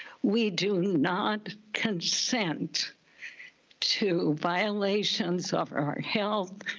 we do not consent to violations of our health.